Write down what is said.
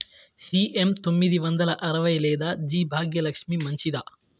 CM తొమ్మిది వందల అరవై లేదా జి భాగ్యలక్ష్మి మంచిదా?